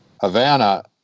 Havana